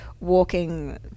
walking